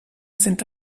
sind